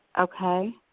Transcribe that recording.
Okay